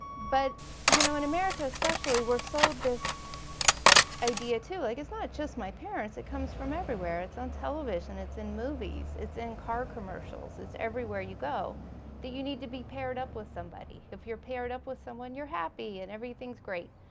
but you know in america especially we're sold this idea too, like it's not just my parents, it comes from everywhere, it's on television, it's in movies, it's in car commercials. it's everywhere you go that you need to be paired up with somebody. if you're paired up with someone you're happy and everything's great,